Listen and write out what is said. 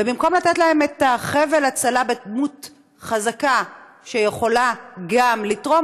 במקום לתת להם את חבל ההצלה בדמות חזקה שיכולה גם לתרום,